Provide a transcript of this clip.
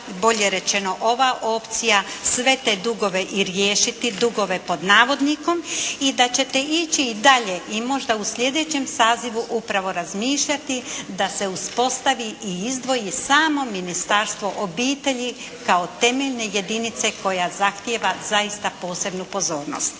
bolje rečeno ova opcija sve te "dugove" i riješiti, dugove pod navodnikom, i da ćete ići i dalje i možda u sljedećem sazivu upravo razmišljati da se uspostavi i izdvoji samo Ministarstvo obitelji kao temeljne jedinice koja zahtijeva zaista posebnu pozornost.